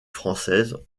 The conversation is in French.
française